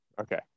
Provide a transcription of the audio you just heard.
Okay